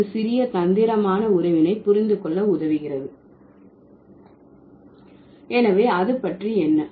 இது சிறிய தந்திரமான உறவினை புரிந்து கொள்ள உதவுகிறது எனவே அது பற்றி என்ன